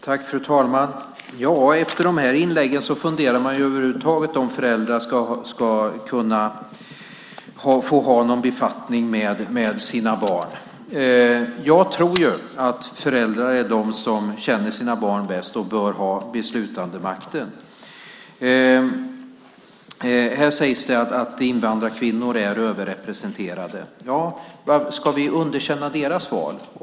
Fru talman! Efter de här inläggen funderar man om föräldrar över huvud taget ska få ha någon befattning med sina barn. Jag tror att föräldrar är de som känner sina barn bäst och bör ha beslutandemakten. Här sägs det att invandrarkvinnor är överrepresenterade. Ska vi underkänna deras val?